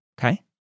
okay